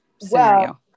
scenario